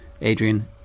Adrian